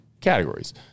categories